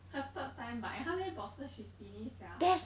her third time buy how many boxes she finish sia